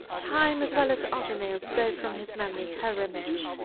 time as well as other nails drove from his memory her image.